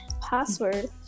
password